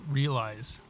realize